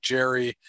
Jerry